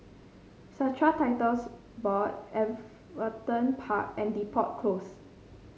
Strata Titles Board Everton Park and Depot Close